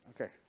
Okay